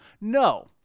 no